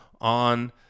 on